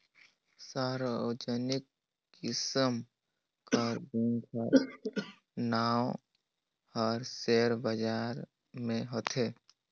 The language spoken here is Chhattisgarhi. सार्वजनिक किसिम कर बेंक कर नांव हर सेयर बजार में होथे